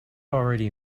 already